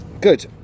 good